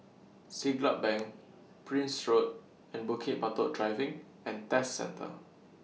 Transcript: Siglap Bank Prince Road and Bukit Batok Driving and Test Centre